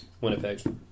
Winnipeg